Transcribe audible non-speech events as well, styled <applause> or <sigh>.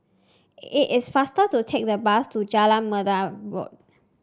it is faster to take the bus to Jalan <unintelligible>